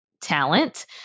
talent